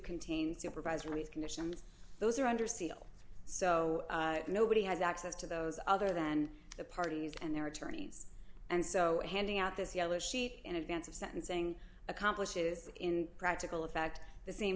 contain supervisory conditions those are under seal so nobody has access to those other than the parties and their attorneys and so handing out this yellow sheet in advance of sentencing accomplishes in practical effect the same